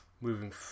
Moving